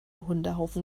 hundehaufen